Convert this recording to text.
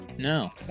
No